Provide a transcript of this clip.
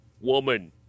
woman